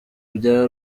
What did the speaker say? bya